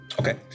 Okay